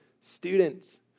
students